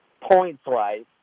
points-wise